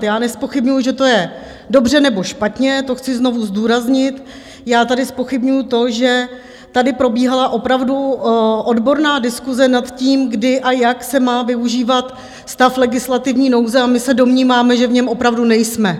Já nezpochybňuju, že to je dobře, nebo špatně, to chci znovu zdůraznit, já tady zpochybňuji to, že tady probíhala opravdu odborná diskuse nad tím, kdy a jak se má využívat stav legislativní nouze, a my se domníváme, že v něm opravdu nejsme.